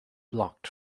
blocked